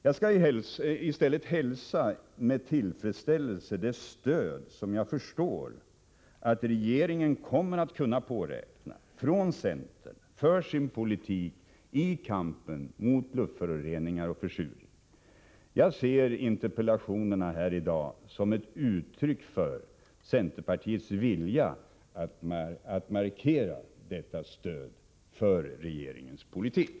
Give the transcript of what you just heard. Jag skall i stället hälsa med tillfredsställelse det stöd som jag förstår att regeringen kommer att kunna påräkna från centern för sin politik i kampen mot luftföroreningar och försurning. Jag ser interpellationerna i dag som ett uttryck för centerpartiets vilja att markera detta stöd för regeringens politik.